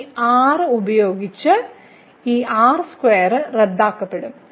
ഈ r ഉപയോഗിച്ച് ഇവിടെ ഈ r2 റദ്ദാക്കപ്പെടും